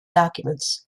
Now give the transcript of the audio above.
documents